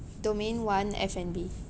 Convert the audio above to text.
domain one F&B